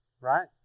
right